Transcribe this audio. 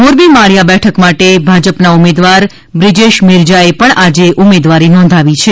મોરબી માળીયા બેઠક માટે ભાજપના ઉમેદવાર બ્રિજેશ મેરજા એ પણ આજે ઉમેદવારી નોંધાવી છે